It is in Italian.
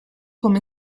come